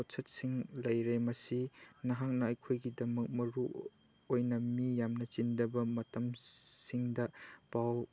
ꯄꯣꯠꯁꯛꯁꯤꯡ ꯂꯩꯔꯦ ꯃꯁꯤ ꯅꯍꯥꯛꯅ ꯑꯩꯈꯣꯏꯒꯤꯗꯃꯛ ꯃꯔꯨꯑꯣꯏꯅ ꯃꯤ ꯌꯥꯝꯅ ꯆꯤꯟꯗꯕ ꯃꯇꯝꯁꯤꯡꯗ ꯄꯥꯎ